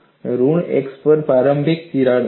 ઋણ x અક્ષ પર પ્રારંભિક તિરાડ મૂકો